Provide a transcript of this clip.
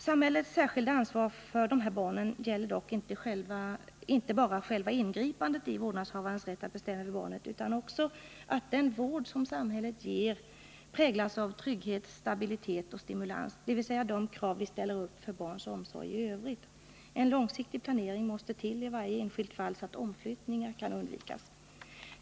Samhällets särskilda ansvar för dessa barn gäller dock inte bara själva ingripandet i vårdnadshavarens rätt att bestämma över barnet, utan det gäller också att den vård som samhället ger präglas av trygghet, stabilitet och stimulans, dvs. motsvarar de krav som vi ställer upp för barns omsorg i övrigt. En långsiktig planering måste till i varje enskilt fall, så att omflyttningar kan undvikas.